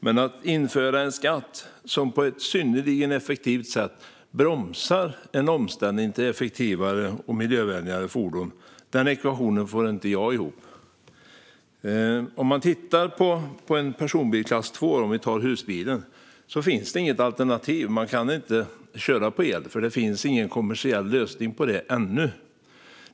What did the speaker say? Men att införa en skatt som på ett synnerligen effektivt sätt bromsar en omställning till effektivare och miljövänligare fordon är en ekvation som jag inte får ihop. När det gäller personbil klass II, husbilen, finns det inget alternativ. Man kan inte köra på el, för det finns ingen kommersiell lösning på det ännu.